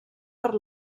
per